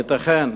ייתכן,